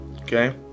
Okay